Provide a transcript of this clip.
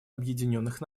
объединенных